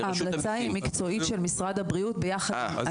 ההמלצה היא מקצועית של משרד הבריאות ביחד,